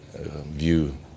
view